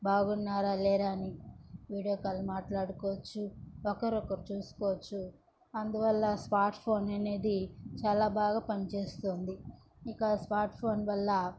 బాగున్నారా లేరా అని వీడియో కాల్ మాట్లాడుకోచ్చు ఒకరినొకరు చూసుకోచ్చు అందువల్ల స్మార్ట్ ఫోన్ అనేది చాలా బాగా పనిచేస్తుంది ఇక స్మార్ట్ ఫోన్ వల్ల